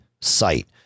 site